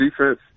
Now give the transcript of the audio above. defense